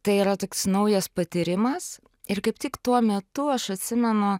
tai yra toks naujas patyrimas ir kaip tik tuo metu aš atsimenu